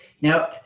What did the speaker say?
Now